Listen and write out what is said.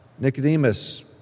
Nicodemus